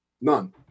None